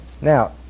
Now